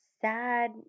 sad